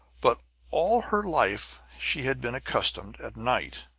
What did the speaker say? but all her life she had been accustomed, at night,